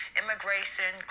immigration